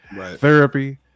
therapy